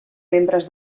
membres